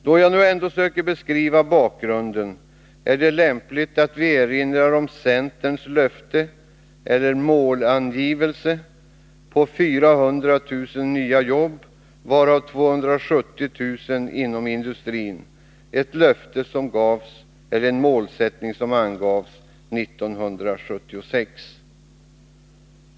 Då jag nu ändå söker beskriva bakgrunden är det lämpligt att erinra om | centerns löfte — eller ”målangivelse” — om 400 000 nya jobb, varav 270 000 inom industrin — en målsättning som angavs 1976.